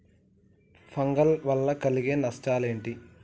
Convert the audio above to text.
Fungal వల్ల కలిగే నష్టలేంటి?